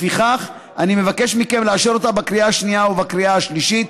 לפיכך אני מבקש מכם לאשר אותה בקריאה השנייה ובקריאה השלישית.